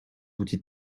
outils